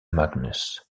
magnus